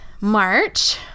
March